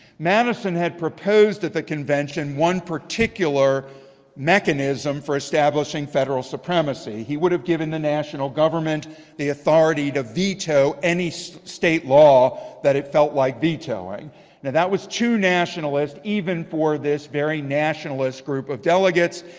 madison had proposed at the convention one particular mechanism for establishing federal supremacy. he would have given the national government the authority to veto any so state law that it felt like vetoing. now and and that was too nationalist even for this very nationalist group of delegates.